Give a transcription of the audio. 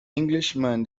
englishman